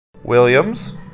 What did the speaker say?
Williams